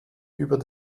über